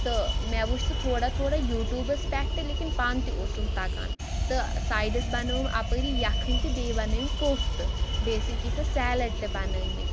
تہٕ مےٚ وُچھ سُہ تھوڑا تھوڑا یوٗ ٹیٛوٗبَس پٮ۪ٹھ تہِ لیکِن پانہٕ تہِ اوسُم تَگان تہٕ سایڈَس بَنٲوٕم اَپٲری یَکھٕنۍ تہٕ بیٚیہِ بَنٲوِم کوفتہٕ بیٚیہِ ٲسِم کیںٛژھا سیلڈ تہِ بَنٲومٕتۍ